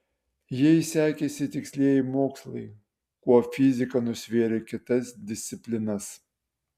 jei sekėsi tikslieji mokslai kuo fizika nusvėrė kitas disciplinas